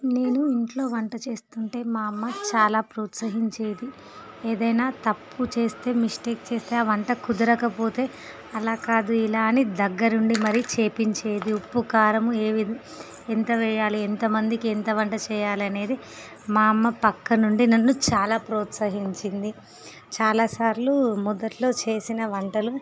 నేను ఇంట్లో వంట చేస్తు ఉంటే మా అమ్మ చాలా ప్రోత్సహించేది ఏదైనా తప్పు చేస్తే మిస్టేక్ చేస్తే ఆ వంట కుదరకపోతే అలా కాదు ఇలా అని దగ్గర ఉండి మరి చేయించేది ఉప్పు కారం ఏవి ఎంత వేయాలి ఎంతమందికి ఎంత వంట చేయాలి అనేది మా అమ్మ పక్కనుండి నన్ను చాలా ప్రోత్సహించింది చాలాసార్లు మొదట్లో చేసిన వంటలు